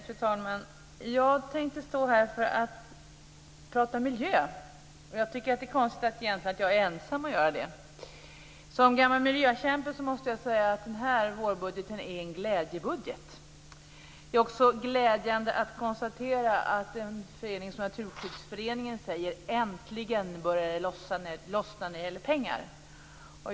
Fru talman! Jag tänkte stå här och prata miljö. Jag tycker egentligen att det är konstigt att jag är ensam om att göra det. Som gammal miljökämpe måste jag säga att den här vårbudgeten är en glädjebudget. Det är också glädjande att konstatera att en förening som Naturskyddsföreningen säger: Äntligen börjar det lossna när det gäller pengar!